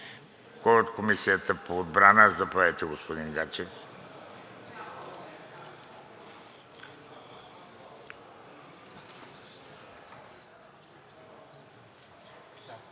Кой от Комисията по отбрана? Заповядайте, господин Гаджев.